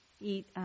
eat